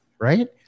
Right